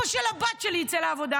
אבא של הבת שלי יצא לעבודה,